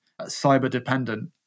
cyber-dependent